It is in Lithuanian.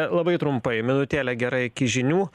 labai trumpai minutėlė gera iki žinių